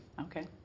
okay